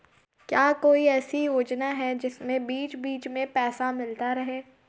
क्या कोई ऐसी योजना है जिसमें बीच बीच में पैसा मिलता रहे?